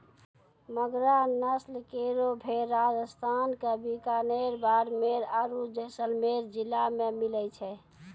मगरा नस्ल केरो भेड़ राजस्थान क बीकानेर, बाड़मेर आरु जैसलमेर जिला मे मिलै छै